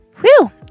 Whew